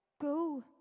go